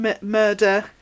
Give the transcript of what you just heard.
murder